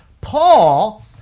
Paul